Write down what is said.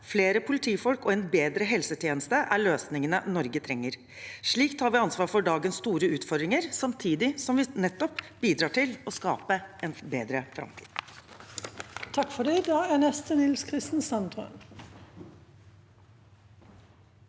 flere politifolk og en bedre helsetjeneste er løsningene Norge trenger. Slik tar vi ansvar for dagens store utfordringer, samtidig som vi nettopp bidrar til å skape en bedre framtid.